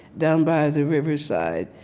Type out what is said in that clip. down by the riverside,